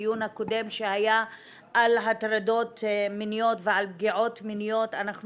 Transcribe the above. בדיון הקודם שהיה על הטרדות מיניות ועל פגיעות מיניות אנחנו